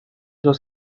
los